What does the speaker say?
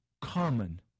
common